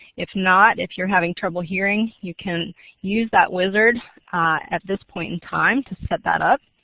if not, if you're having trouble hearing you can use that wizard at this point in time to set that up.